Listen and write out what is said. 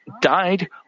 died